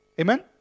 Amen